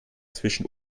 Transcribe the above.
zwischen